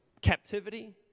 captivity